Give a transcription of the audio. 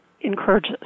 encourage